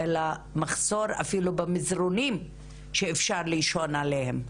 אלא אפילו מחסור במזרנים שאפשר לישון עליהם.